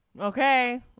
Okay